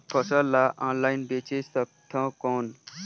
फसल ला ऑनलाइन बेचे सकथव कौन?